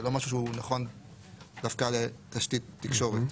זה לא משהו שהוא נכון דווקא לתשתית תקשורת.